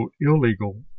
illegal